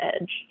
edge